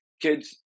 kids